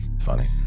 Funny